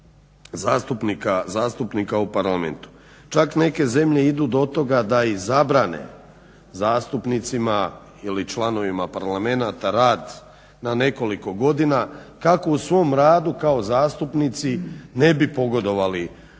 zastupnika u Parlamentu. Čak neke zemlje idu do toga da izabrane zastupnicima ili članovima parlamenata rad na nekoliko godina kako u svom radu kao zastupnici ne bi pogodovali